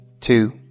two